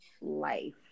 life